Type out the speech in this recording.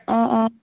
অঁ অঁ